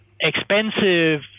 expensive